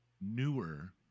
newer